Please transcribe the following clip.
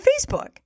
Facebook